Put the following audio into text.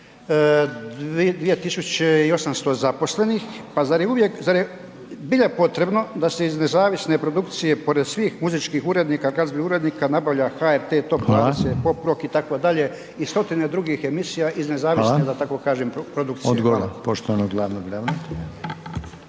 2.800 zaposlenih, pa zar je uvijek, zar je zbilja potrebno da se iz nezavisne produkcije pored svih muzičkih urednika, glazbenih urednika nabavlja HRT Top 20, Pop rock itd. i stotine drugih emisija iz nezavisne da tako kažem produkcije. Hvala. **Reiner, Željko